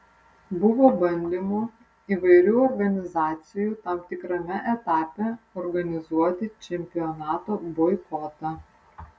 buvo bandymų įvairių organizacijų tam tikrame etape organizuoti čempionato boikotą